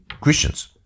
Christians